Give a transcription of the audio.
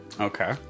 Okay